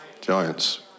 Giants